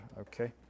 okay